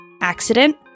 accident